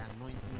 anointing